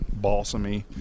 balsamy